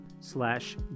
slash